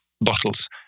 bottles